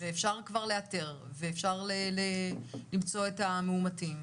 אפשר לאתר ולמצוא מאומתים,